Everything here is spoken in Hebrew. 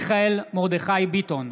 מיכאל מרדכי ביטון,